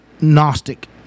Gnostic